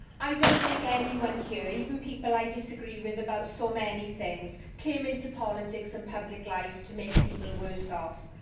i don't think anyone here, even people i disagree with about so many things, came into politics and public life to make people worse off.